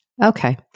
Okay